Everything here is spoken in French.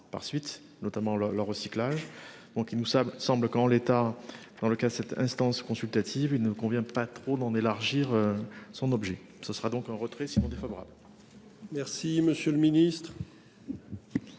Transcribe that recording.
par suite notamment la leur recyclage donc il nous ça semble quand l'état dans le cas cette instance consultative il ne convient pas trop d'en élargir son objet. Ce sera donc un retrait Simon défavorable. Merci monsieur le ministre.